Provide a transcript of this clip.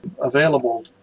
available